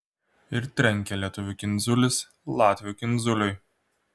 ir trenkia lietuvių kindziulis latvių kindziuliui